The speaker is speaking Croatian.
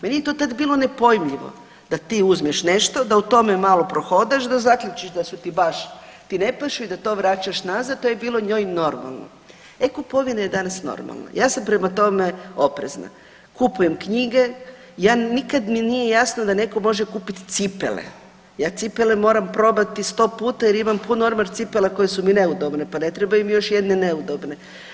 Meni je to tad bilo nepojmljivo, da ti uzmeš nešto, da u tome malo prohodaš, da zaključiš da su ti baš ti ne pašu i da to vraćaš nazad, to je bilo njoj normalno. e-kupovina je danas normalna, ja sam prema tome oprezna, kupujem knjige, nikad mi nije jasno da neko može kupit cipele, ja cipele moram probati sto puta jer imam pun ormar cipela koje su mi neudobne pa ne trebaju mi još jedne neudobne.